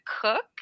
cook